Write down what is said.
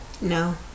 No